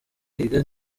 kwiga